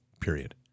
period